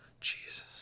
Jesus